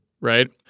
right